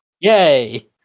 Yay